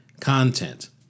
content